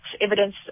evidence